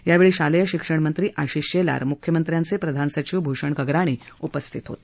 यावेळी शालेय शिक्षण मंत्री आशिष शेलार मुख्यमंत्र्यांचे प्रधान सचिव भूषण गगराणी उपस्थित होते